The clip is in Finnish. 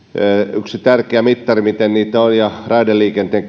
yksi tärkeä mittari sille miten niitä on eli raideliikenteen